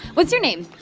what's your name?